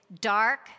dark